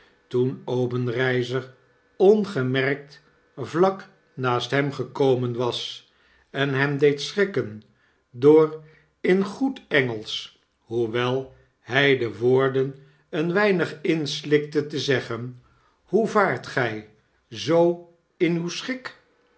toen obenreizer ongemerkt vlak naast hem gekomen was en hem deed schrikken door in goed engelsch hoewel hg de woorden een weinig inslikte te zeggen hoe vaart gij zoo in uw schik